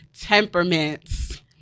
temperaments